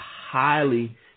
highly